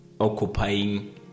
occupying